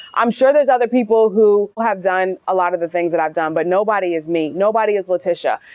i'm sure there's other people who have done a lot of the things that i've done, but nobody is me. nobody is latisha.